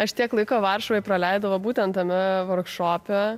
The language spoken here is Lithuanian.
aš tiek laiko varšuvoj praleidau būtent tame vorkšope